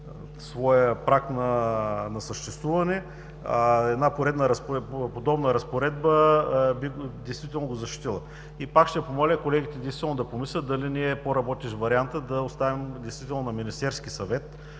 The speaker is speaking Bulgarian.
своя праг на съществуване. Подобна разпоредба действително би го защитила. Пак ще помоля колегите да помислят дали не е по-работещ вариантът да оставим на Министерския съвет